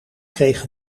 kreeg